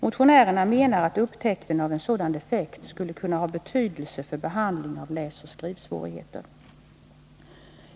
Motionärerna menar att upptäckten av en sådan defekt skulle kunna ha betydelse för behandlingen av läsoch skrivsvårigheter.